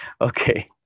okay